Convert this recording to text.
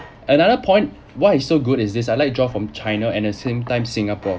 another point why is so good is this I like to draw from china at the same time singapore